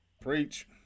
Preach